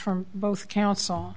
from both counsel